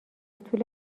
طول